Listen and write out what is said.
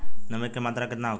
नमी के मात्रा केतना होखे?